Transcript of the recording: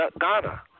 Ghana